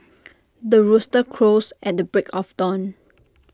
the rooster crows at the break of dawn